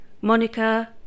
Monica